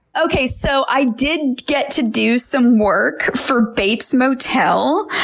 okay. so i did get to do some work for, bates motel.